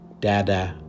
Dada